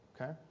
Okay